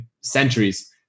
centuries